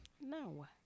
No